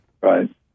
Right